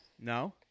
No